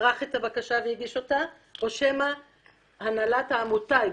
ערך את הבקשה והגיש אותה או שמא הנהלת העמותה הגישה.